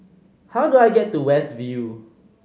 how do I get to West View